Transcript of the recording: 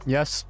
Yes